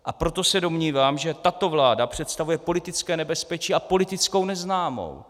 A proto se domnívám, že tato vláda představuje politické nebezpečí a politickou neznámou.